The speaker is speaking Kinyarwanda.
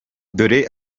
dore